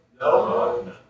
No